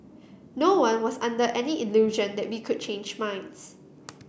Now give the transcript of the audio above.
no one was under any illusion that we could change minds